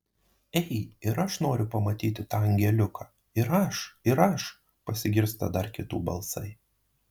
ei ir aš noriu pamatyti tą angeliuką ir aš ir aš pasigirsta dar kitų balsai